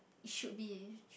you should be